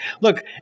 Look